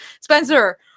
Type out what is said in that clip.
Spencer